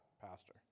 pastor